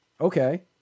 okay